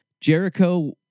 Jericho